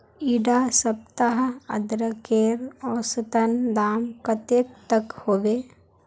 इडा सप्ताह अदरकेर औसतन दाम कतेक तक होबे?